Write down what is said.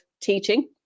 teaching